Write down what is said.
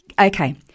Okay